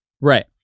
Right